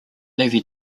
levy